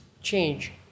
change